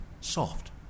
soft